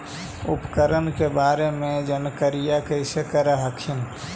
उपकरण के बारे जानकारीया कैसे कर हखिन?